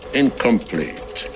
incomplete